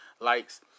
likes